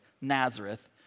Nazareth